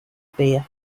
bare